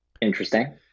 Interesting